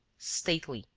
stately,